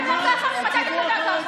הציבור החרדי, שתקתם.